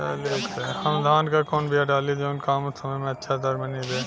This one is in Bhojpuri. हम धान क कवन बिया डाली जवन कम समय में अच्छा दरमनी दे?